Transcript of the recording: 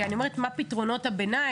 כי אני חושבת מה פתרונות הביניים,